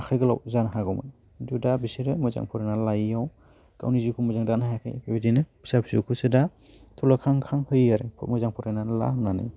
आखाइ गोलाव जानो हागौमोन खिन्थु दा बिसोरो मोजों फरायना लायिआव गावनि जिउखौ मोजां दाना लानो हायाखै बेबायदिनो फिसा फिसौखौसो दा थुलुंगा खां खां फैयो आरो मोजां फरायना ला होनानै